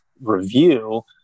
review